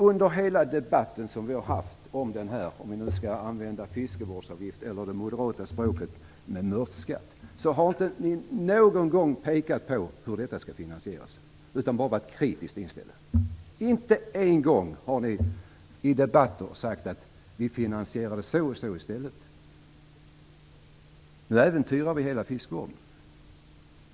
Under hela den debatt som vi har haft om den här fiskevårdsavgiften, eller om vi skall använda det moderata språket med mörtskatt, har ni inte någon gång pekat på hur detta skall finansieras. Ni har bara varit kritiskt inställda. Ni har inte en enda gång i debatter sagt att ni finansierar detta så och så i stället. Nu äventyrar vi hela fiskevården.